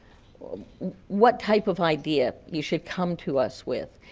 um what type of idea you should come to us with.